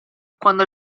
quando